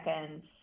seconds